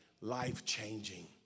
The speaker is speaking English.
life-changing